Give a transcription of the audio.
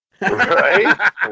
right